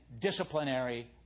disciplinary